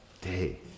day